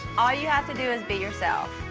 ah you have to do is be yourself.